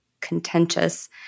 contentious